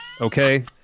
Okay